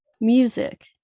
music